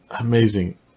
Amazing